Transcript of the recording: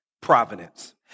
providence